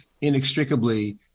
inextricably